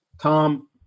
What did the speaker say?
Tom